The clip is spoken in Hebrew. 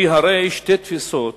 כי הרי שתי תפיסות